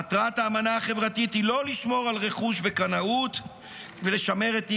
מטרת האמנה החברתית היא לא לשמור על רכוש בקנאות ולשמר את אי-השוויון,